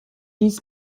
dies